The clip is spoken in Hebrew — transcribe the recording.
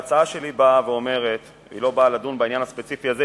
ההצעה שלי לא באה לדון בעניין הספציפי הזה,